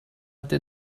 did